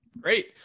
great